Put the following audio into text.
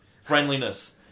Friendliness